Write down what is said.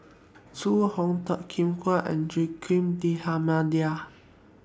Zhu Hong Toh Kim Hwa and Joaquim D'almeida